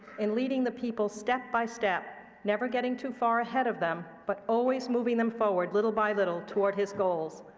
in leading the people step by step, never getting too far ahead of them, but always moving them forward little by little toward his goals.